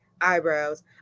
eyebrows